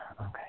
Okay